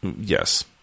Yes